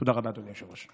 תודה רבה, אדוני היושב-ראש.